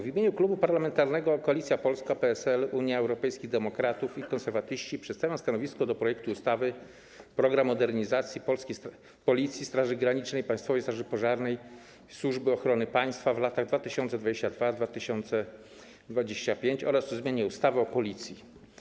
W imieniu Klubu Parlamentarnego Koalicja Polska - PSL, Unia Europejskich Demokratów, Konserwatyści przedstawiam stanowisko dotyczące projektu ustawy o ustanowieniu „Programu modernizacji Policji, Straży Granicznej, Państwowej Straży Pożarnej i Służby Ochrony Państwa w latach 2022-2025” oraz o zmianie ustawy o Policji.